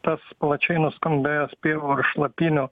tas plačiai nuskambėjęs peivor šlapinio